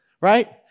right